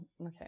okay